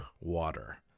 Water